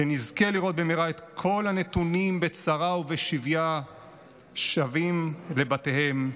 ושנזכה לראות במהרה את כל הנתונים בצרה ובשביה שבים לבתיהם.